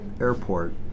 airport